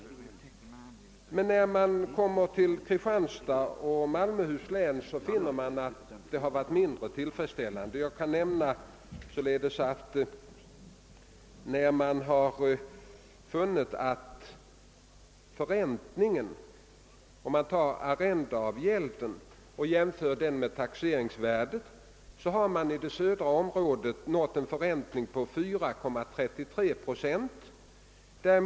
När man kommer till Kristianstads och Malmöhus län finner man att det där varit mindre tillfredsställande. Om man tar arrendeavgälden och jämför den med taxeringsvärdet kan det konstateras att man i det södra området nått en förräntning på 4,33 procent.